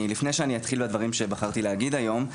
לפני שאני אתחיל בדברים שבחרתי להגיד היום,